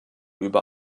über